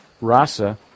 rasa